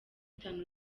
itanu